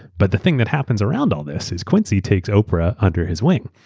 but the thing that happens around all this is quincy takes oprah under his wing.